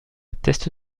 teste